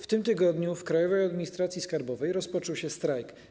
W tym tygodniu w Krajowej Administracji Skarbowej rozpoczął się strajk.